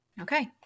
Okay